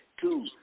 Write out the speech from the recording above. two